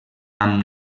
amb